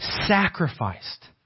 sacrificed